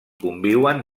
conviuen